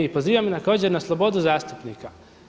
I pozivam također na slobodu zastupnika.